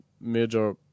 major